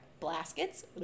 blaskets